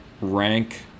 rank